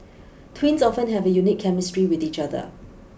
twins often have a unique chemistry with each other